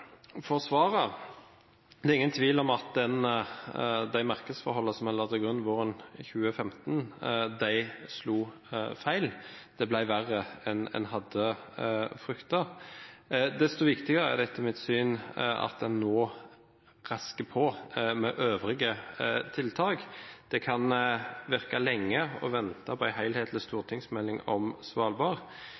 svaret. Det er ingen tvil om at de markedsforholdene en la til grunn våren 2015, slo feil. Det ble verre enn en hadde fryktet. Desto viktigere er det derfor, etter mitt syn, at en nå rasker på med øvrige tiltak. Det kan virke lenge å måtte vente på en helhetlig stortingsmelding om Svalbard.